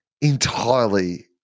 entirely